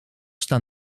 staan